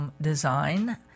design